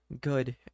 Good